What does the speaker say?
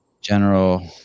General